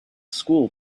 school